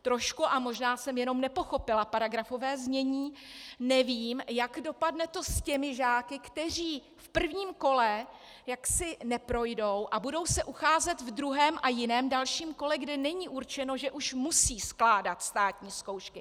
Trošku, a možná jsem jenom nepochopila paragrafové znění, nevím, jak to dopadne s těmi žáky, kteří v prvním kole jaksi neprojdou a budou se ucházet v druhém a jiném dalším kole, kde není určeno, že už musí skládat státní zkoušky.